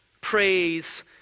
praise